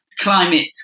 climate